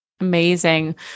Amazing